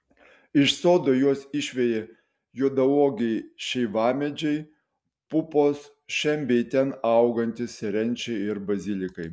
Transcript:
iš sodo juos išveja juodauogiai šeivamedžiai pupos šen bei ten augantys serenčiai ir bazilikai